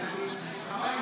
אני מכבד אותך.